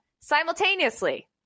Simultaneously